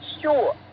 sure